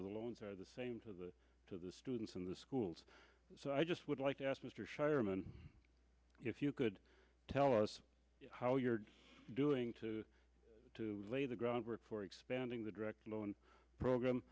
of the loans are the same to the to the students in the schools so i just would like to ask mr sharon if you could tell us how you're doing to to lay the groundwork for expanding the direct lo